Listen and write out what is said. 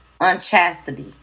unchastity